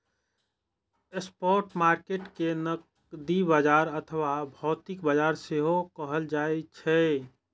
spot market कें नकदी बाजार अथवा भौतिक बाजार सेहो कहल जाइ छै